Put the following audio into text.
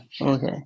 okay